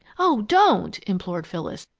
oh don't! implored phyllis.